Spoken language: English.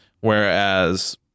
Whereas